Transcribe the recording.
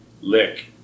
lick